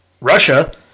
Russia